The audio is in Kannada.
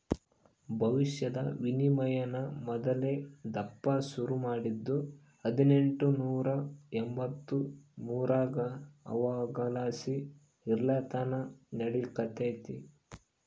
ಭವಿಷ್ಯದ ವಿನಿಮಯಾನ ಮೊದಲ್ನೇ ದಪ್ಪ ಶುರು ಮಾಡಿದ್ದು ಹದಿನೆಂಟುನೂರ ಎಂಬಂತ್ತು ಮೂರರಾಗ ಅವಾಗಲಾಸಿ ಇಲ್ಲೆತಕನ ನಡೆಕತ್ತೆತೆ